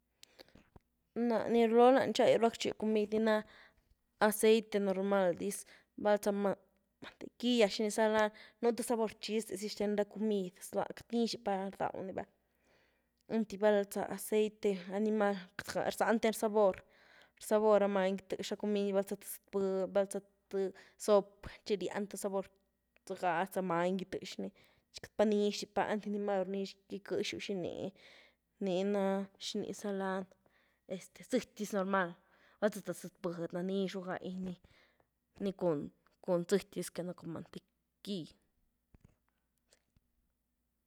Na’ni rluloo na’ tcha’yru ractché comid, nii na’ aceite normal dis, val zah ma-mantequilla ¿zhini za lany?, nu’ th sabor chist’e zy zhten ra comid zluá, queity nyzh dy pa rdawny va, einty val zah aceite animal rzanteny sabor, sabor ra many gui tyzh ra comid, val za th zëtbudy, val za th sop, tchi ryán sabor, zyga sa many gui tëzhny, tchi queity pa’ nixdy pa’, einty ni maru nix guiquëxu xiny nii na’, ¿zhini za lany?, este, zëty dis normal, val za th zëtbudy nixru gáynii cun, cum zëty dis que no’ cun mantequill.